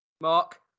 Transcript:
Mark